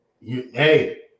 Hey